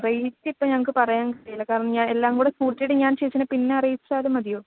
rate ഇപ്പോള് ഞങ്ങള്ക്കു പറയാൻ കഴിയില്ല കാരണം എല്ലാം കൂടെ കൂട്ടിയിട്ട് ഞാൻ ചേച്ചീനെ പിന്നെ അറിയിച്ചാലും മതിയോ